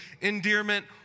endearment